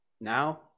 Now